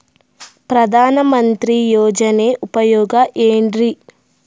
ಪ್ರಧಾನಮಂತ್ರಿ ಯೋಜನೆ ಉಪಯೋಗ ಏನ್ರೀ?